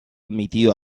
admitido